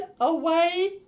away